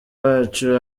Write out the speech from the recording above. wacu